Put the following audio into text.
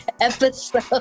episode